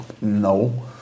No